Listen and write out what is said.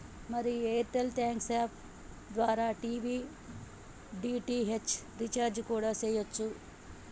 మరి Airtel thanks app ద్వారా TV DTH recharge కూడా సెయ్యవచ్చు